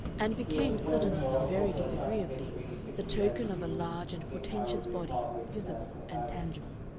and became suddenly and very disagreeably the token of a large and portentous body visible and tangible.